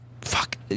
fuck